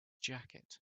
jacket